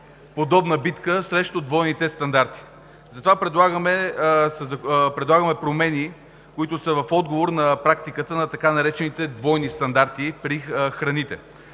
подобна битка срещу двойните стандарти. Затова предлагаме промени, които са в отговор на практиката на така наречените „двойни стандарти“ при храните.